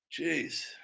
Jeez